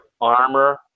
Armor